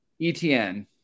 ETN